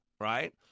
right